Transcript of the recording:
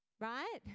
right